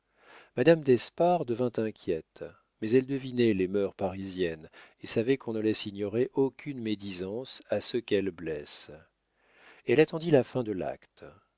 madame d'espard devint inquiète mais elle devinait les mœurs parisiennes et savait qu'on ne laisse ignorer aucune médisance à ceux qu'elle blesse elle attendit la fin de l'acte